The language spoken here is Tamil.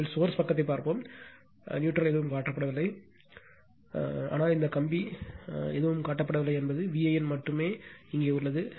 முதலில் சோர்ஸ் பக்கத்தைப் பார்ப்போம் நியூட்ரல் எதுவும் காட்டப்படவில்லை ஆனால் இந்த கம்பி எதுவும் காட்டப்படவில்லை என்பது Van மட்டுமே இங்கே உள்ளது